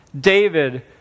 David